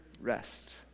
rest